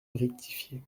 rectifié